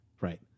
right